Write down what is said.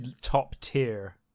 top-tier